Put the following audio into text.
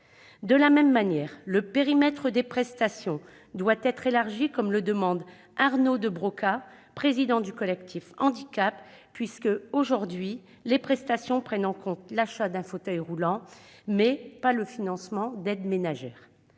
De la même manière, le périmètre des prestations doit être élargi comme le demande Arnaud de Broca, président du Collectif Handicaps, puisque, « aujourd'hui, les prestations prennent en compte l'achat d'un fauteuil roulant, mais pas le financement d'aides ménagères